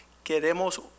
Queremos